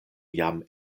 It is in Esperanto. jam